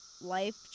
life